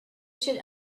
should